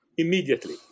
immediately